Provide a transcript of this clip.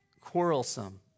quarrelsome